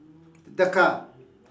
the car